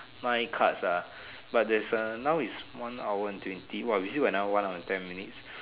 nine cuts ah but there's a now is one hour and twenty !wah! we still got another one hard and ten minutes